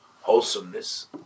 wholesomeness